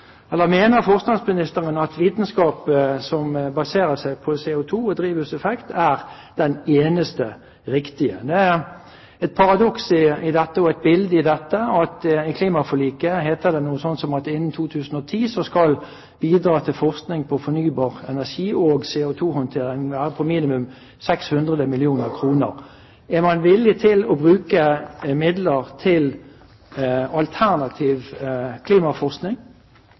Eller mener forskningsministeren at vitenskap som baserer seg på CO2- og drivhuseffekt, er den eneste riktige? Det er et paradoks i dette, og et bilde i dette, at det i klimaforliket heter noe sånt som at innen 2010 skal bidrag til forskning på fornybar energi og CO2-håndtering være på minimum 600 mill. kr. Er man villig til å bruke midler til alternativ klimaforskning?